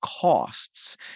costs